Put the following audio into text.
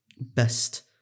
best